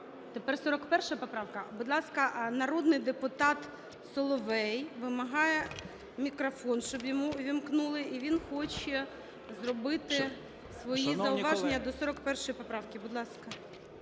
Тепер 41 поправка? Будь ласка, народний депутат Соловей вимагає мікрофон, щоб йому увімкнули, і він хоче зробити зауваження до 41 поправки, будь ласка.